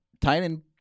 Tynan